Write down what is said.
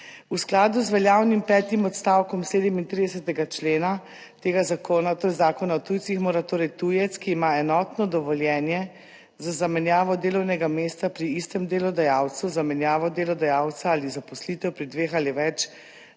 V skladu z veljavnim petim odstavkom 37. člena tega zakona, torej Zakona o tujcih, mora torej tujec, ki ima enotno dovoljenje za zamenjavo delovnega mesta pri istem delodajalcu, za menjavo delodajalca ali zaposlitev pri dveh ali več